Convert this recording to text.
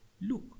Look